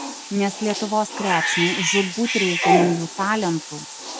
nes lietuvos krepšiniui žūtbūt reikia naujų talentų